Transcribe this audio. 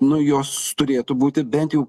nu jos turėtų būti bent jau